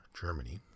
Germany